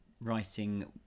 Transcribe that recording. writing